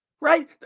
Right